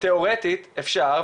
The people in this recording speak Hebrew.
תיאורטית אפשר,